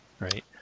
Right